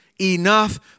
enough